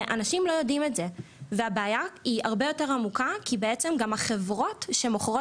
אנשים לא יודעים את זה והבעיה הרבה יותר עמוקה כי גם החברות שמוכרות